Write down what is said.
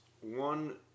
One